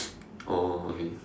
oh okay